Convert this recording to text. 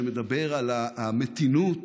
שמדבר על המתינות